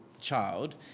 child